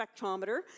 spectrometer